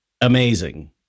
amazing